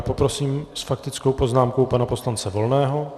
Poprosím s faktickou poznámkou pana poslance Volného.